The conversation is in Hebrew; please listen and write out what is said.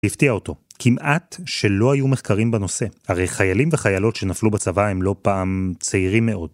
הפתיע אותו, כמעט שלא היו מחקרים בנושא. הרי חיילים וחיילות שנפלו בצבא הם לא פעם צעירים מאוד.